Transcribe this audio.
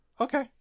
Okay